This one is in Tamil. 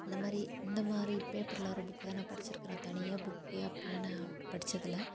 இந்த மாதிரி இந்த மாதிரி பேப்பரில் வர புக்கு தான் நான் படிச்சிருக்கிறேன் தனியாக புக்கு அப்பிடிலாம் நான் படிச்சதில்லை